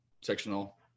sectional